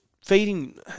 Feeding